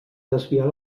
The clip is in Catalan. desviar